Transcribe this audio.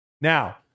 Now